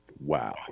Wow